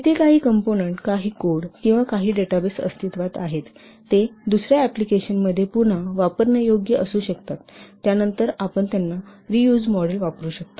तेथे काही कंपोनंन्ट काही कोड किंवा काही डेटाबेस अस्तित्वात आहेत ते दुसर्या एप्लिकेशनमध्ये पुन्हा वापरण्यायोग्य असू शकतात त्यानंतर आपण रीयूज मॉडेल वापरू शकता